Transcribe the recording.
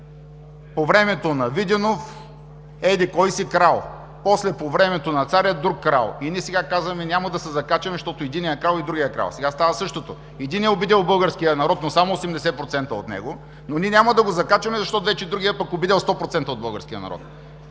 по времето на Виденов еди-кой си крал, после по времето на царя – друг крал, и ние сега казваме – няма да се закачаме, защото единият крал и другият крал. Сега става същото – единият обидил българския народ, но само 80% от него, но ние няма да го закачаме, защото вече другият пък обидил 100% от българския народ.